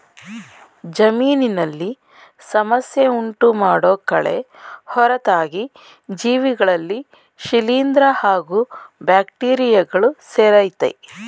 ಜಮೀನಿನಲ್ಲಿ ಸಮಸ್ಯೆ ಉಂಟುಮಾಡೋ ಕಳೆ ಹೊರತಾಗಿ ಜೀವಿಗಳಲ್ಲಿ ಶಿಲೀಂದ್ರ ಹಾಗೂ ಬ್ಯಾಕ್ಟೀರಿಯಗಳು ಸೇರಯ್ತೆ